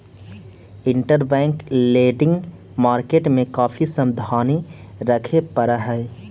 interbank lending market में काफी सावधानी रखे पड़ऽ हई